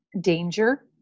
danger